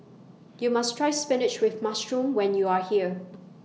YOU must Try Spinach with Mushroom when YOU Are here